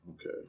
Okay